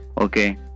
okay